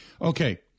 Okay